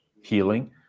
healing